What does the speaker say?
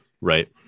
right